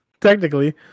technically